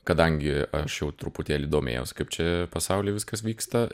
kadangi aš jau truputėlį domėjaus kaip čia pasauly viskas vyksta